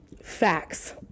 facts